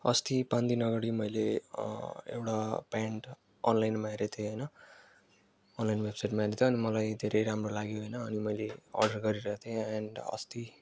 अस्ति पाँच दिन अगाडि मैले एउडा पेन्ट अनलाइनमा हेरेको थिएँ होइन ओनलाइन वेबसाइटमा हेरेको थिएँ अनि मलाई धेरै राम्रो लाग्यो होइन अनि मैले अर्डर गरेको थिएँ एन्ड अस्ति